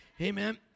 Amen